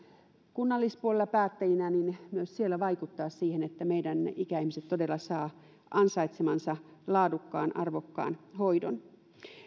kunnallispuolella päättäjinä niin myös siellä voi vaikuttaa siihen että meidän ikäihmiset todella saavat ansaitsemansa laadukkaan arvokkaan hoidon